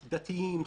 דתיים,